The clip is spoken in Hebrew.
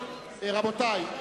רבותי,